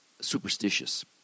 Superstitious